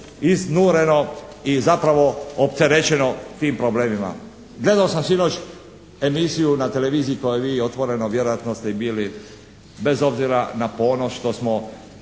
iznureno i zapravo opterećeno tim problemima. Gledao sam sinoć emisiju na televiziji kao i vi "Otvoreno", vjerojatno ste bili bez obzira na ponos što smo